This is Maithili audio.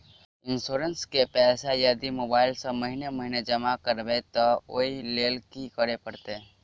इंश्योरेंस केँ पैसा यदि मोबाइल सँ महीने महीने जमा करबैई तऽ ओई लैल की करऽ परतै?